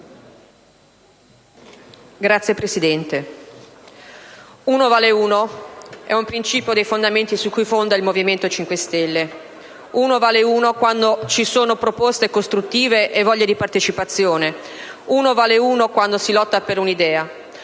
PAGLINI *(M5S)*. Uno vale uno, è un principio fondamentale su cui si fonda il Movimento 5 Stelle: uno vale uno quando ci sono proposte costruttive e voglia di partecipazione; uno vale uno quando si lotta per un'idea;